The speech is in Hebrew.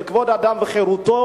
של כבוד האדם וחירותו,